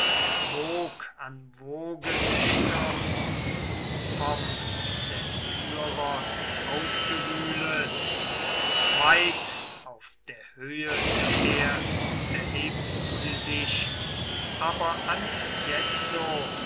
wog an woge sich stürzt vom zephyros aufgewühlet weit auf der höhe zuerst erhebt sie sich aber anjetzo